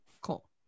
Cool